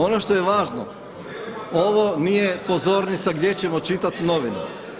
Ono što je važno, ovo nije pozornica gdje ćemo čitati novine.